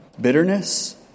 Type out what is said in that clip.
bitterness